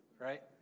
right